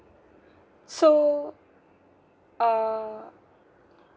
so err